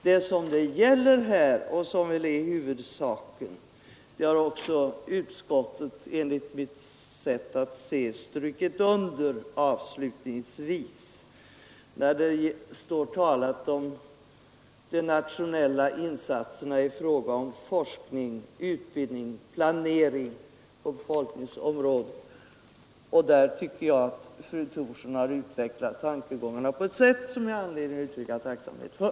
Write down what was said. Det som det här gäller har utskottet enligt mitt sätt att se också strukit under avslutningsvis, när det talar om de nationella insatserna i fråga om forskning, utbildning och planering på befolkningsområdet. Där tycker jag att fru Thorsson har utvecklat tankegångarna på ett sätt som jag har anledning att uttrycka tacksamhet för.